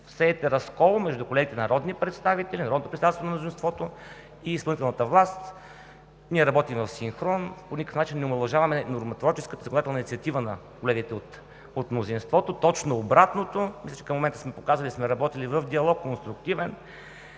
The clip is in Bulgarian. всеете разкол между колегите народни представители, народното представителство на мнозинството и изпълнителната власт. Ние работим в синхрон, по никакъв начин не омаловажаваме нормотворческата законодателна инициатива на колегите от мнозинството. Точно обратното – към момента сме показали, и сме работили в конструктивен